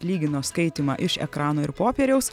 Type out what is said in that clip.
lygino skaitymą iš ekrano ir popieriaus